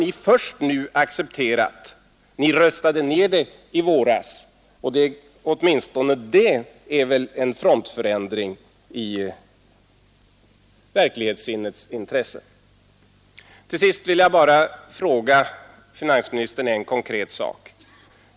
Ni röstade ned det kravet i våras och har först nu accepterat det. Det är väl en frontförändring i verklighetssinnets intresse. Till sist vill jag ställa en konkret fråga till finansministern.